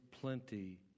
plenty